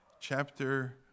chapter